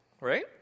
right